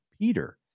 Peter